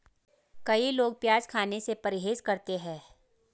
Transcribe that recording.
कई लोग प्याज खाने से परहेज करते है